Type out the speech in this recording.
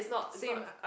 same